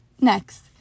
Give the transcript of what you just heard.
Next